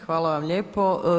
Hvala vam lijepo.